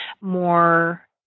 more